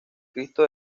cristo